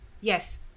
Yes